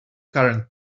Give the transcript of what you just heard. current